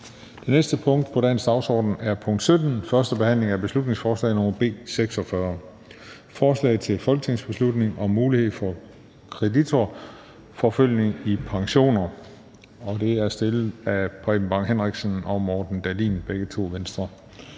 Det næste punkt på dagsordenen er: 17) 1. behandling af beslutningsforslag nr. B 46: Forslag til folketingsbeslutning om mulighed for kreditorforfølgning i pensioner. Af Preben Bang Henriksen (V) og Morten Dahlin (V). (Fremsættelse